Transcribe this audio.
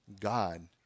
God